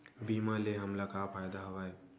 बीमा ले हमला का फ़ायदा हवय?